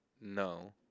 no